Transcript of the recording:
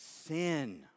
sin